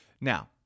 Now